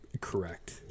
Correct